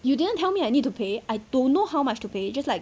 you didn't tell me I need to pay I don't know how much to pay just like